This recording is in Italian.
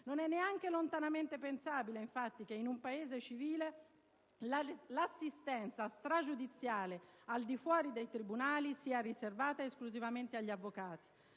Non è neanche lontanamente pensabile, infatti, che in un Paese civile l'assistenza stragiudiziale al di fuori dei tribunali sia riservata esclusivamente agli avvocati.